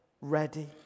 ready